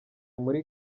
muri